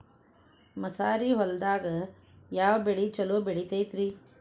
ಮಸಾರಿ ಹೊಲದಾಗ ಯಾವ ಬೆಳಿ ಛಲೋ ಬರತೈತ್ರೇ?